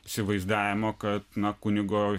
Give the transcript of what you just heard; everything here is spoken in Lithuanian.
įsivaizdavimo kad na kunigo